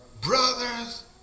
Brothers